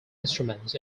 instruments